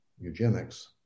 eugenics